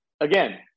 Again